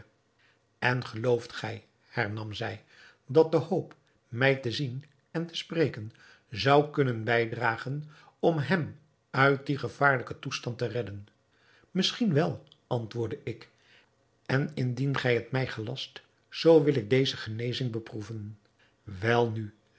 en gelooft gij hernam zij dat de hoop mij te zien en te spreken zou kunnen bijdragen om hem uit dien gevaarlijken toestand te redden misschien wel antwoordde ik en indien gij het mij gelast zoo wil ik deze genezing beproeven welnu